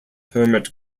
hermit